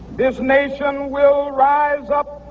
this nation will rise up,